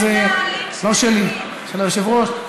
אז, לא שלי, של היושב-ראש.